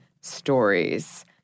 stories